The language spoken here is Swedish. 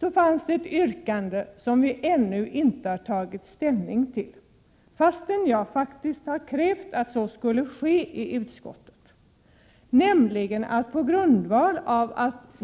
finns ett yrkande som vi ännu inte har tagit ställning till fastän jag faktiskt i utskottet har krävt att så skulle ske.